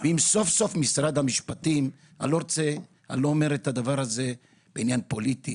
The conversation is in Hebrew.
אני לא אומר את זה בעניין פוליטי,